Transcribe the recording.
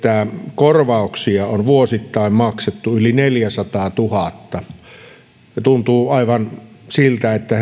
korvauksia on vuosittain maksettu yli neljäsataatuhatta ja tuntuu aivan siltä että